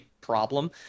problem